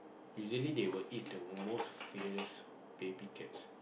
usually they will eat the most fearless baby cats